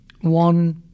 one